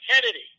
Kennedy